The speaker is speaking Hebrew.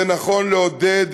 זה נכון לעודד